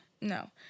No